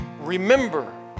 Remember